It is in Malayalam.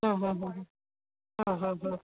ആ ഹാ ഹാ ഹാ ഹ് ഹാ ഹാ